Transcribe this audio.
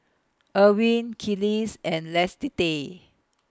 Erwin Kelis and Lissette